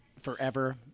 forever